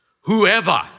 whoever